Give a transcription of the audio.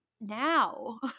now